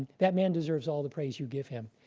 that man deserves all the praise you give him.